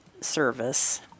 service